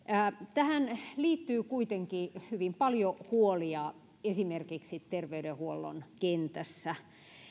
tähän liittyy kuitenkin hyvin paljon huolia esimerkiksi terveydenhuollon kentässä